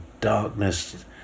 darkness